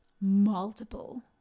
multiple